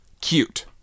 Cute